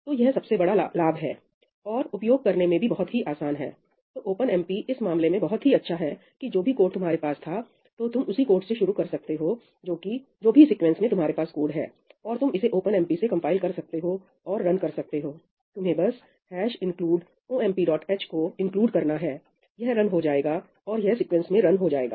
तो यह सबसे बड़ा लाभ है और उपयोग करने में भी बहुत ही आसान है तो OpenMp इस मामले में बहुत ही अच्छा है कि जो भी कोड तुम्हारे पास था तो तुम उसी कोड से शुरू कर सकते हो जो भी सिक्वेंस में तुम्हारे पास कोड है और तुम इसे OpenMP से कंपाइल कर सकते हो और रन कर सकते हो तुम्हें बस include omph को इंक्लूड करना है यह रन हो जाएगा और यह सिक्वेंस में रन हो जाएगा